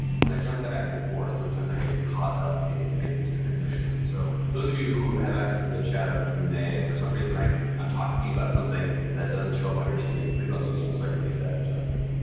when i jump back and forth, sometimes i get caught up in making the transitions. so those of you who have access to the chat or the q and a, if for some reason i am um talking about something that doesn't show up on your screen, please let me know so i can make that adjustment.